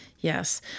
Yes